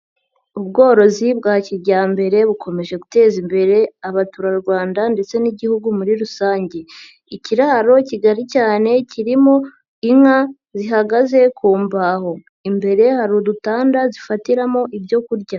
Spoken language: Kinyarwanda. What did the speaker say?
Ubworozi bwa kijyambere bukomeje guteza imbere abaturarwanda ndetse n'Igihugu muri rusange, ikiraro kigari cyane kirimo inka zihagaze ku mbaho, imbere hari udutanda zifatiramo ibyo kurya.